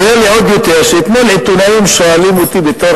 הפריע לי עוד יותר שאתמול עיתונאים שואלים אותי בתור